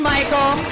Michael